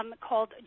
called